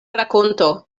rakonto